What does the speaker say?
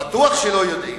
בטוח שלא יודעים.